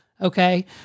Okay